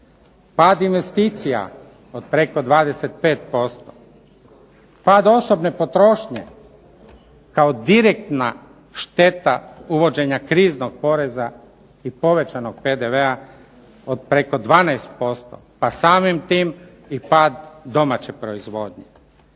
Pad investicija od preko 25%, pad osobne potrošnje kao direktna šteta uvođenja kriznog poreza i povećanog PDV-a od oko preko 12%, pa samim tim i pad domaće proizvodnje.